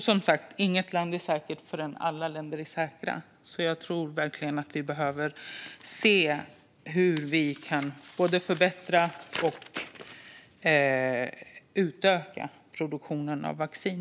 Som sagt: Inget land är säkert förrän alla länder är säkra. Jag tror verkligen att vi behöver se hur vi kan både förbättra och utöka produktionen av vaccin.